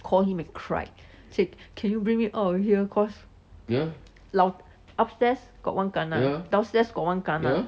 call him and cried saying can you bring me out of here because 老 upstairs got one kena eh downstairs got one kena